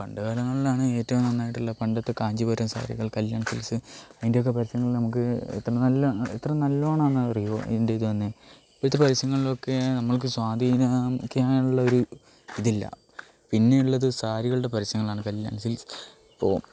പണ്ട് കാലങ്ങളിലാണ് ഏറ്റവും നന്നായിട്ടുള്ള പണ്ടത്തെ കാഞ്ചിപുരം സാരികൾ കല്യാൺ സിൽക്ക്സ് അതിൻ്റെയൊക്കെ പരസ്യങ്ങൾ നമുക്ക് എത്ര നല്ല എത്ര നല്ലോണമാണെന്ന് അറിയുമോ അതിൻ്റെ ഇതുതന്നെ ഇപ്പോഴത്തെ പരസ്യങ്ങളിലൊക്കെ നമ്മൾക്ക് സ്വാധീനിക്കാനുള്ളൊരു ഇതില്ല പിന്നെയുള്ളത് സാരികളുടെ പരസ്യങ്ങളാണ് കല്യാണ് സിൽക്ക്സ് ഇപ്പോൾ